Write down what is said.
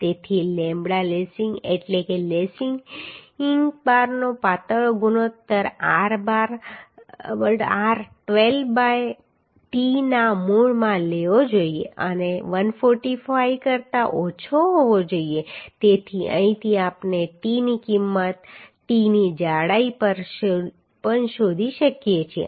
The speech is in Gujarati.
તેથી લેમ્બડા લેસિંગ એટલે લેસિંગ એટલે કે લેસિંગ બારનો પાતળો ગુણોત્તર r 12 બાય tના મૂળમાં લેવો જોઈએ અને 145 કરતા ઓછો હોવો જોઈએ તેથી અહીંથી આપણે t ની કિંમત t ની જાડાઈ પણ શોધી શકીએ છીએ